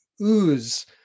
ooze